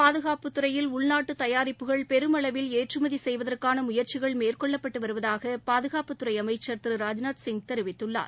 பாதுகாப்புத்துறையில் உள்நாட்டு தயாரிப்புகள் பெருமளவில் ஏற்றுமதி செய்வதற்கான முயற்சிகள் மேற்கொள்ளப்பட்டு வருவதாக பாதுகாப்புத்துறை அமைச்சர் திரு ராஜ்நாத்சிங் தெரிவித்துள்ளார்